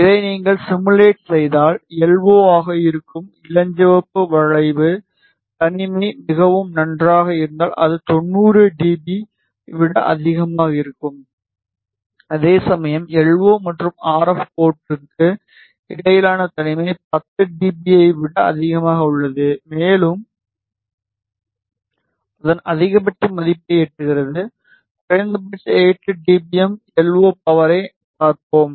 இதை நீங்கள் சிமுலேட் செய்தால் எல்ஓ ஆக இருக்கும் இளஞ்சிவப்பு வளைவு தனிமை மிகவும் நன்றாக இருந்தால் அது 90 டிபி ஐ விட அதிகமாக இருக்கும் அதேசமயம் எல்ஓ மற்றும் ஆர்எப் போர்ட்டிற்கு இடையிலான தனிமை 10 டிபிஐ விட அதிகமாக உள்ளது மேலும் அதன் அதிகபட்ச மதிப்பை எட்டுகிறது குறைந்தபட்சம் 8டிபிஎம் எல்ஓ பவரை பார்ப்போம்